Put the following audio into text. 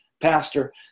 pastor